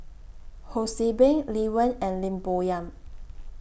Ho See Beng Lee Wen and Lim Bo Yam